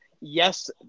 Yes